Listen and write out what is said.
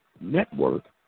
network